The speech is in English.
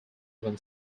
when